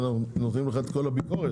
אנחנו נותנים לך את כל הביקורת,